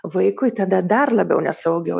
vaikui tada dar labiau nesaugiau